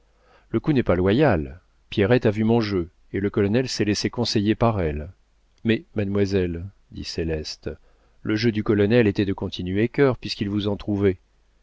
le coup n'est pas loyal pierrette a vu mon jeu et le colonel s'est laissé conseiller par elle mais mademoiselle dit céleste le jeu du colonel était de continuer cœur puisqu'il vous en